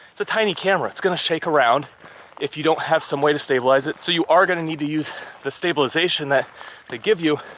it's a tiny camera, it's gonna shake around if you don't have some way to stabilize it so you are gonna need to use the stabilization that they give you,